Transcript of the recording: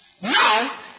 Now